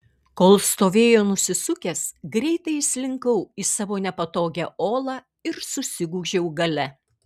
kol stovėjo nusisukęs greitai įslinkau į savo nepatogią olą ir susigūžiau gale